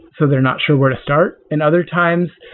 so they're not sure where to start. and other times,